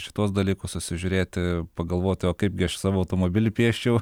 šituos dalykus susižiūrėti pagalvoti o kaipgi aš savo automobilį pieščiau